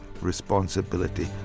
responsibility